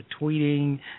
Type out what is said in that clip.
tweeting